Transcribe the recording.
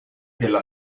della